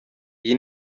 iyi